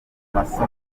amasomo